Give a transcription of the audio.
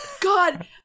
God